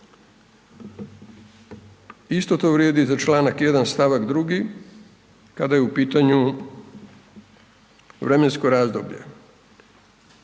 Isto to vrijedi i za čl. 1. stavak 2 kada je u pitanju vremensko razdoblje.